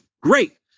great